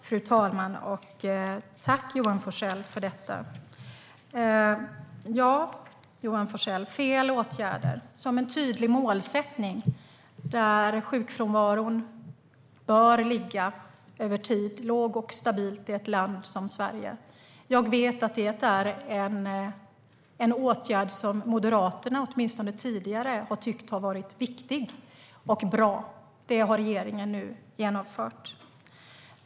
Fru talman! Tack, Johan Forssell, för debatten! Johan Forssell säger att det är fel åtgärder. En tydlig målsättning är att sjukfrånvaron över tid bör ligga lågt och stabilt i ett land som Sverige. En åtgärd som jag vet att Moderaterna åtminstone tidigare har tyckt är viktig och bra har regeringen nu genomfört.